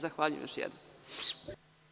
Zahvaljujem još jednom.